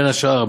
בין השאר,